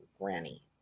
granny